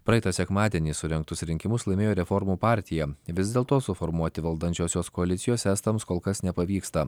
praeitą sekmadienį surengtus rinkimus laimėjo reformų partija vis dėl to suformuoti valdančiosios koalicijos estams kol kas nepavyksta